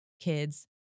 Kids